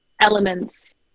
elements